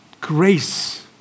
grace